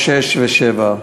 (4), (6) ו-(7)